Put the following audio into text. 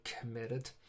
committed